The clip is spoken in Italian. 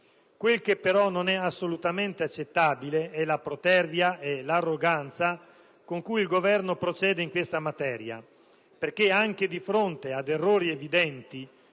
Quello che però non è assolutamente accettabile sono la protervia e l'arroganza con cui il Governo procede in questa materia, perché anche di fronte ad errori evidenti,